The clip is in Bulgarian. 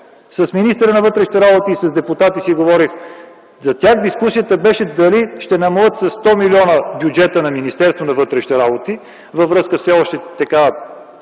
С министъра на вътрешните работи и с депутати си говорих – за тях дискусията беше дали ще намалят със 100 милиона бюджета на Министерството на вътрешните работи във връзка с